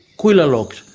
kwila logs.